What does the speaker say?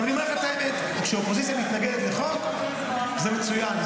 אני אומר לך את האמת: כשאופוזיציה מתנגדת לחוק זה מצוין,